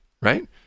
right